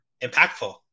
impactful